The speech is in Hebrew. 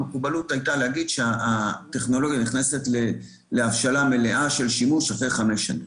היה מקובל להגיד שהטכנולוגיה נכנסת להבשלה מלאה של שימוש אחרי חמש שנים.